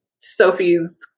Sophie's